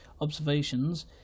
observations